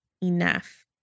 enough